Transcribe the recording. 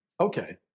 Okay